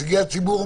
נציגי הציבור,